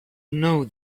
know